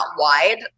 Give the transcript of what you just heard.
wide